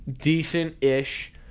decent-ish